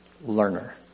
learner